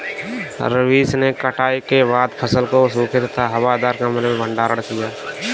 रवीश ने कटाई के बाद फसल को सूखे तथा हवादार कमरे में भंडारण किया